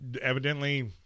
evidently